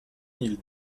mille